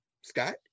Scott